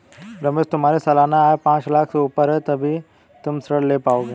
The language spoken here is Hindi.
रमेश तुम्हारी सालाना आय पांच लाख़ से ऊपर है तभी तुम ऋण ले पाओगे